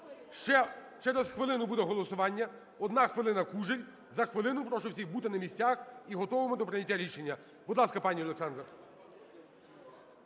Ще через хвилину буде голосування. Одна хвилина, Кужель. За хвилину прошу всіх бути на місцях і готовими до прийняття рішення. Будь ласка, пані Олександра.